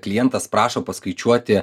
klientas prašo paskaičiuoti